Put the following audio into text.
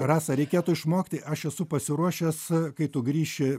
rasa reikėtų išmokti aš esu pasiruošęs kai tu grįši